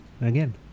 again